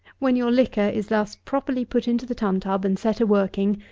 when your liquor is thus properly put into the tun-tub and set a working,